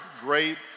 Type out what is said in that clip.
great